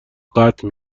قطع